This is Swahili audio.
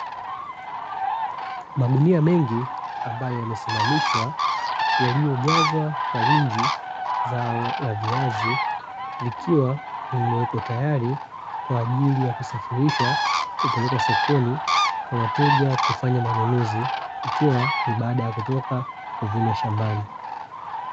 Magunia mengi ambayo yamesimamishwa, yaliyojazwa kwa wingi zao la viazi, vikiwa vimewekwa tayari kwa ajili ya kusafirishwa kupelekwa sokoni kwa wateja kufanya manunuzi, ikiwa ni baada ya kutoka kuvunwa shambani.